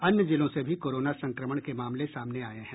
अन्य जिलों से भी कोरोना संक्रमण के मामले सामने आये हैं